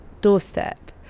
doorstep